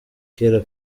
kera